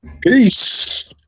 Peace